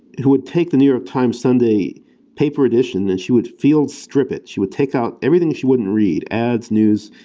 it would take the new york times sunday paper edition and she would field-strip it. she would take out everything she wouldn't read, ads, news,